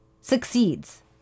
succeeds